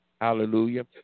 Hallelujah